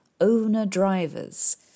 owner-drivers